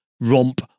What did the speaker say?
romp